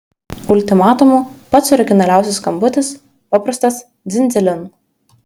ultimatumu pats originaliausias skambutis paprastas dzin dzilin